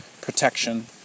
protection